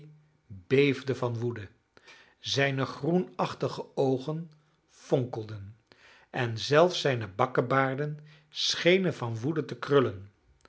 beefde van woede zijne groenachtige oogen fonkelden en zelfs zijne bakkebaarden schenen van woede te krullen